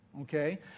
okay